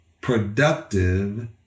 productive